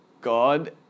God